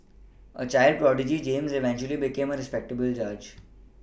a child prodigy James eventually became a respectable judge